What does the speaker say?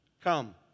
Come